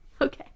Okay